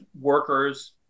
workers